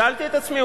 שאלתי את עצמי,